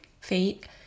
fate